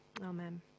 Amen